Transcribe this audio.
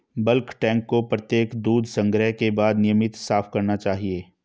bulk tank को प्रत्येक दूध संग्रह के बाद नियमित साफ करना चाहिए